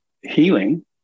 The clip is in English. healing